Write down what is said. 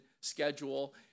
schedule